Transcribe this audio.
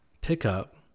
pickup